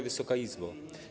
Wysoka Izbo!